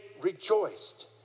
rejoiced